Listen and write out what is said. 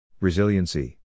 Resiliency